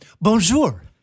Bonjour